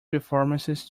performances